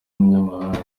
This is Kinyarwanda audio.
umunyamahanga